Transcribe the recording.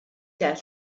dal